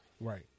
Right